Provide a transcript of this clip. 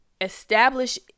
establish